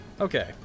Okay